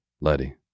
Letty